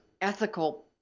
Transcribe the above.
ethical